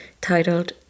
titled